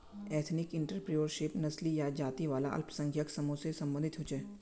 ethnic entrepreneurship नस्ली या जाती वाला अल्पसंख्यक समूह से सम्बंधित होछे